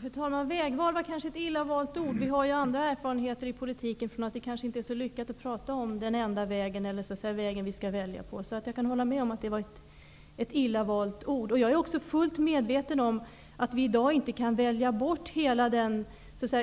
Fru talman! Vägval var kanske ett illa valt ord. Vi har andra erfarenheter i politiken från att det kanske inte är så lyckat att prata om den enda vägen eller vägen vi skall välja. Jag kan hålla med om att det var ett illa valt ord. Jag är också fullt medveten om att vi i dag inte kan välja bort hela den